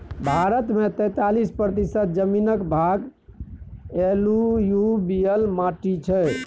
भारत मे तैतालीस प्रतिशत जमीनक भाग एलुयुबियल माटि छै